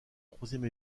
troisième